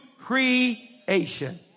creation